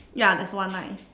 ya there's one line